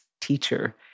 teacher